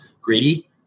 greedy